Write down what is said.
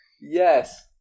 Yes